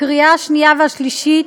לקריאה השנייה והשלישית,